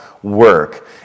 Work